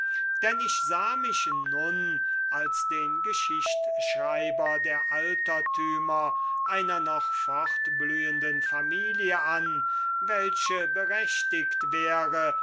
denn ich sah mich nun als den geschichtschreiber der altertümer einer noch fortblühenden familie an welche berechtigt wäre